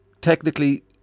technically